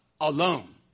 alone